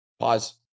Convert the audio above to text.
Pause